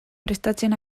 prestatzen